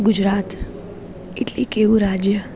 ગુજરાત એટલે એક એવું રાજ્ય